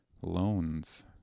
loans